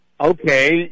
okay